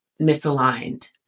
misaligned